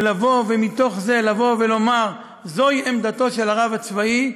ומתוך זה לומר: זוהי עמדתו של הרב הצבאי,